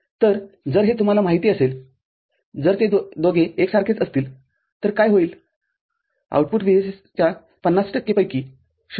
तर जर हे तुम्हाला माहिती असेलजर ते दोघे एकसारखेच असतील तर काय होईलआउटपुट VSS च्या ५० टक्के पैकी 0